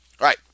right